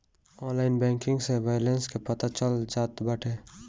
online banking में balance के पता चल जात बाटे